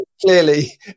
Clearly